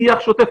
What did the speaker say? שיח שוטף.